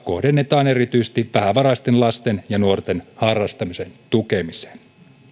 kohdennetaan erityisesti vähävaraisten lasten ja nuorten harrastamisen tukemiseen